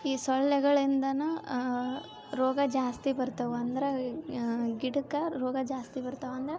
ಈ ಸೊಳ್ಳೆಗಳಿಂದಾನೂ ರೋಗ ಜಾಸ್ತಿ ಬರ್ತಾವು ಅಂದರೆ ಈ ಗಿಡಕ್ಕೆ ರೋಗ ಜಾಸ್ತಿ ಬರ್ತಾವು ಅಂದರೆ